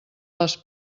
les